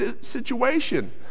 situation